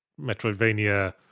Metroidvania